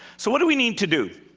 so what do we need to do?